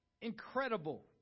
incredible